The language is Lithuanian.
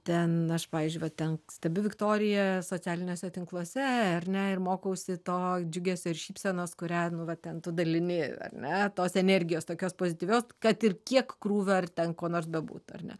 ten aš pavyzdžiui va ten stebiu viktoriją socialiniuose tinkluose ar ne ir mokausi to džiugesio ir šypsenos kurią nu va ten tu dalini ar ne tos energijos tokios pozityvios kad ir kiek krūvio ar ten ko nors bebūtų ar ne